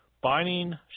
binding